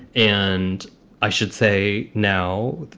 and i should say now.